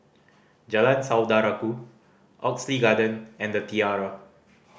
Jalan Saudara Ku Oxley Garden and The Tiara